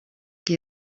qui